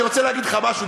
אני רוצה להגיד לך משהו,